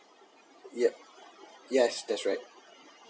yup yes that's right